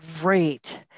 Great